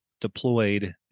deployed